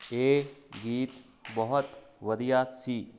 ਇਹ ਗੀਤ ਬਹੁਤ ਵਧੀਆ ਸੀ